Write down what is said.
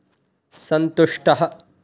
सन्तुष्टः